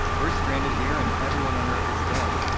we're stranded here and everyone on earth is dead,